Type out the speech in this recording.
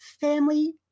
family